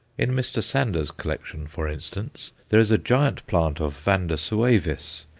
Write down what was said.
in mr. sander's collection, for instance, there is a giant plant of vanda suavis,